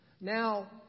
Now